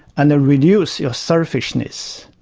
and then reduce your selfishness.